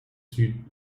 süd